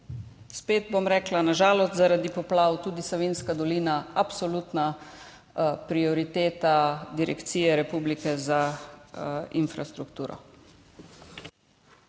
spet bom rekla na žalost zaradi poplav, tudi Savinjska dolina absolutna prioriteta Direkcije Republike Slovenije za infrastrukturo.